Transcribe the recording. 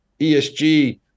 ESG